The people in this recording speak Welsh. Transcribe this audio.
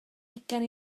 hugain